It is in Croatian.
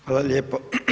Hvala lijepo.